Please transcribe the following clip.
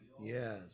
Yes